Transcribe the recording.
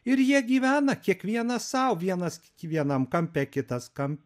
ir jie gyvena kiekvienas sau vienas vienam kampe kitas kam